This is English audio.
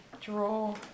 draw